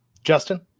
Justin